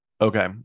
Okay